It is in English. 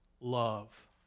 love